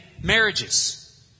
marriages